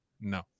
No